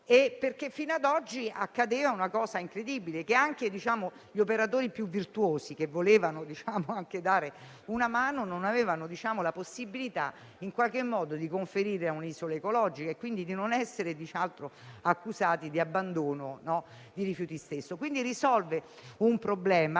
infatti, accadeva una cosa incredibile: anche gli operatori più virtuosi che volevano dare una mano, non avevano la possibilità conferire i rifiuti ad un'isola ecologica e quindi di non essere accusati di abbandono dei rifiuti stessi. Quindi la normativa risolve un problema